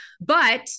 But-